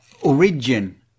origin